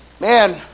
Man